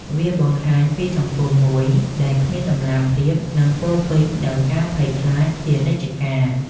វាបង្ហាញពីសង្គមមួយដែលគ្មានតម្លាភាព និងពោរពេញដោយការភ័យខ្លាចជានិច្ចកាល។